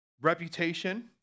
reputation